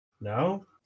No